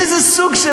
יש איזה סוג,